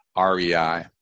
REI